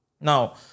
Now